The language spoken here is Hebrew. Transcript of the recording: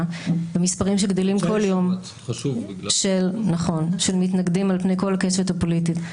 ומספרים גדלים כל יום של מתנגדים על פני כל הקשת הפוליטית.